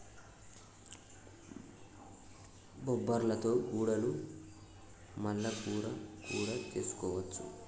బొబ్బర్లతో గుడాలు మల్ల కూర కూడా చేసుకోవచ్చు